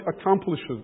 accomplishes